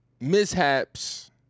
mishaps